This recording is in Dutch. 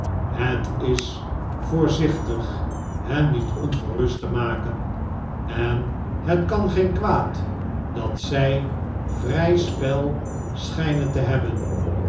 het is voorzichtig hen niet ongerust te maken en het kan geen kwaad dat zij vrij spel schijnen te hebben